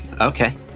okay